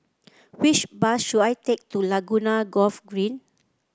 which bus should I take to Laguna Golf Green